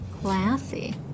Classy